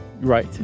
Right